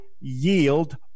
yield